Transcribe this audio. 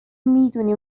میدونی